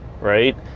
Right